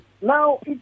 Now